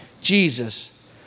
Jesus